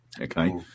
okay